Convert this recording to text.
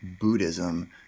Buddhism